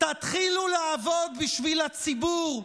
תתחילו לעבוד בשביל הציבור,